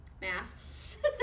math